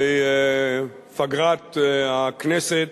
בפגרת הכנסת,